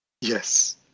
Yes